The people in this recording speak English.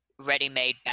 ready-made